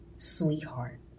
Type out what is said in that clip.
sweetheart